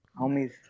Homies